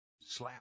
Slap